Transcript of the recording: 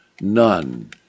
None